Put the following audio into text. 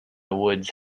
woods